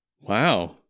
Wow